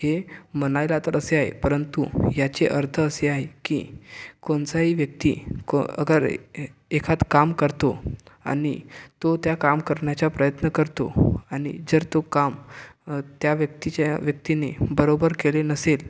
ते म्हणायला तर असे आहे परंतु याचा अर्थ असा आहे की कोणताही व्यक्ती अगर एखादं काम करतो आणि तो ते काम करण्याचा प्रयत्न करतो आणि जर तो काम त्या व्यक्तीच्या व्यक्तीने बरोबर केले नसेल